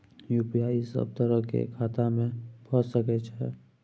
UPI सब तरह के खाता में भय सके छै?